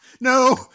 No